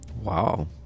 Wow